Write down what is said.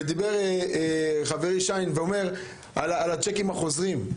ודיבר חברי חבר הכנסת שיין, על הצ'קים החוזרים.